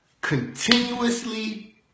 continuously